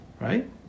right